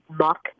muck